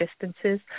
distances